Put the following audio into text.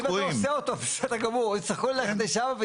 אם אני עושה אותו בסדר גמור --- מה הוא יעשה?